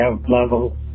level